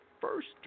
first